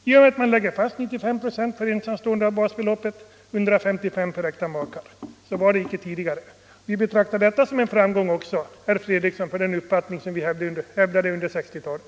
Nu ligger pensionerna fast vid 95 procent av basbeloppet för ensamstående och 155 procent för äkta makar. Så var det icke tidigare. Vi betraktar detta som en framgång för den uppfattning vi hävdade under 1960-talet.